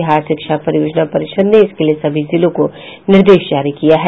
बिहार शिक्षा परियोजना परिषद ने इसके लिए सभी जिलों को निर्देश जारी किया है